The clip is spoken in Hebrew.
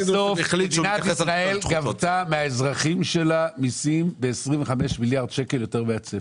בסוף מדינת ישראל גבתה מהאזרחים שלה מיסים ב-25 מיליארד שקל יותר מהצפי,